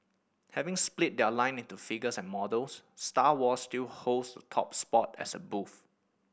having split their line into figures and models Star Wars still holds top spot as a booth